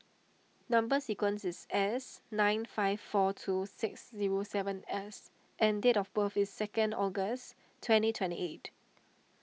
Number Sequence is S nine five four two six zero seven S and date of birth is second August twenty twenty eight